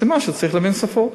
אז סימן שצריך להבין שפות.